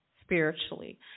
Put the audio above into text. spiritually